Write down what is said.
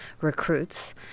recruits